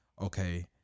okay